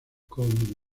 como